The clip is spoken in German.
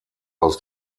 aus